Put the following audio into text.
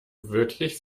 wirklich